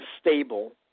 stable